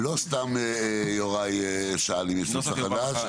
לא סתם יוראי שאל אם יש נוסח חדש.